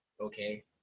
Okay